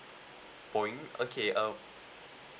boeing okay uh